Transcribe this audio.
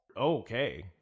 okay